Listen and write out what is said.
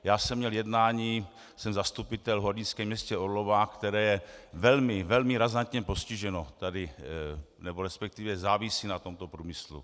Já jsem měl jednání, jsem zastupitel v hornickém městě Orlová, které je velmi, velmi razantně postiženo, nebo respektive závisí na tomto průmyslu.